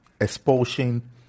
expulsion